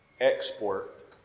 export